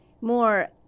more